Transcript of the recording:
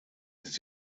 ist